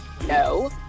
no